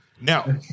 Now